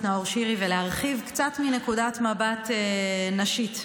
נאור שירי ולהרחיב קצת מנקודת מבט נשית.